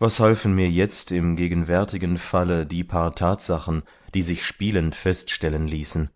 was halfen mir jetzt im gegenwärtigen falle die paar tatsachen die sich spielend feststellen ließen